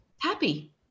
happy